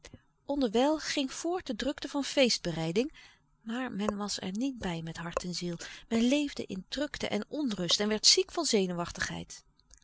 onderwijl ging voort de drukte van feestbereiding maar men was er niet bij met hart en ziel men leefde in drukte en onrust en werd ziek van zenuwachtigheid